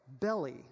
belly